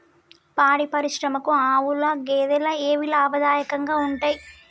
పాడి పరిశ్రమకు ఆవుల, గేదెల ఏవి లాభదాయకంగా ఉంటయ్?